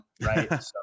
Right